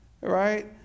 right